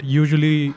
usually